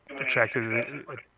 attracted